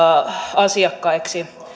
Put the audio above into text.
asiakkaiksi